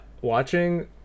watching